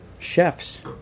Chefs